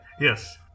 Yes